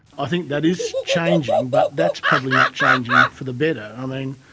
i think that is changing, but that's probably not changing for the better. i mean,